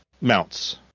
mounts